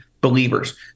believers